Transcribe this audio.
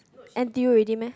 N_T_U already meh